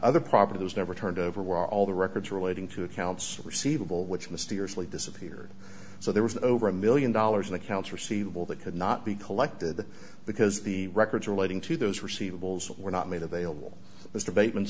other property was never turned over where all the records relating to accounts receivable which mysteriously disappeared so there was over a one million dollars in accounts receivable that could not be collected because the records relating to those receivables were not made available mr ba